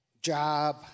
job